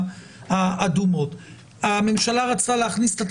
יכול להיות שבגלל הדחיפות שיש בדבר,